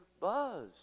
buzz